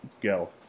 Go